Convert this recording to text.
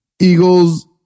Eagles